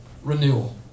Renewal